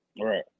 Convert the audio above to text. right